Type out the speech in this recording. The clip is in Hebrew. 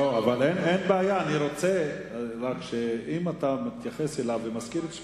אין בעיה, אבל אם אתה מתייחס אליו ומזכיר את שמו,